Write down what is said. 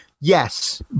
Yes